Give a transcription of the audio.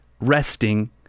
resting